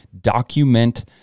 Document